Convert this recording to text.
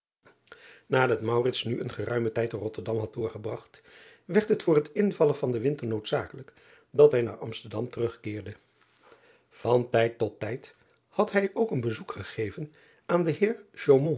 adat nu een geruimen tijd te otterdam had doorgebragt werd het voor het invallen van den winter noodzakelijk dat hij naar msterdam terugkeerde an tijd tot tijd had hij ook een bezoek gegeven aan den